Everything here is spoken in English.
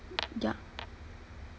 ya